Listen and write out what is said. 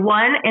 one